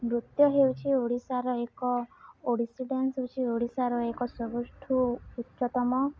ନୃତ୍ୟ ହେଉଛି ଓଡ଼ିଶାର ଏକ ଓଡ଼ିଶୀ ଡ୍ୟାନ୍ସ ହେଉଛି ଓଡ଼ିଶାର ଏକ ସବୁଠୁ ଉଚ୍ଚତମ